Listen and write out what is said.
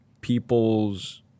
people's